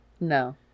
No